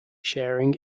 sharing